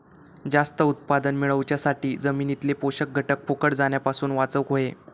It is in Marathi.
जास्त उत्पादन मेळवच्यासाठी जमिनीतले पोषक घटक फुकट जाण्यापासून वाचवक होये